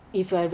yourself lah